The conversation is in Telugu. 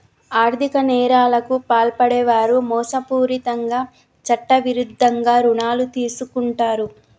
ఆర్ధిక నేరాలకు పాల్పడే వారు మోసపూరితంగా చట్టవిరుద్ధంగా రుణాలు తీసుకుంటరు